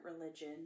religion